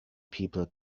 people